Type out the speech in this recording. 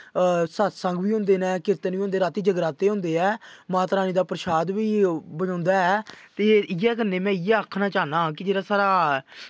सतसंग बी होंदे न ते रातीं जगराते होंदे ऐ माता रानी दा परशाद बी बंडोंदा ऐ ते इ'यै कन्नै इ'यै आखना चाह्ना कि जेह्ड़ा साढ़ा